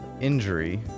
injury